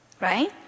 right